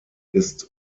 ist